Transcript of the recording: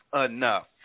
enough